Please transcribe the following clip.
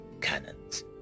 cannons